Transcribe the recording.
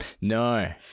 No